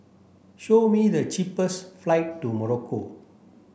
show me the cheapest flight to Morocco